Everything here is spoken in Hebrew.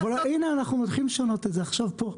אנחנו מתחילים לשנות את זה עכשיו כאן.